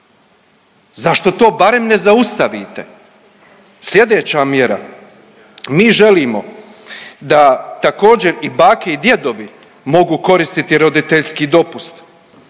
Zašto to barem ne zaustavite? Slijedeća mjera, mi želimo da također i bake i djedovi mogu koristiti roditeljski dopust.